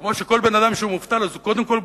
כמו שכל בן-אדם שהוא מובטל אז הוא קודם כול,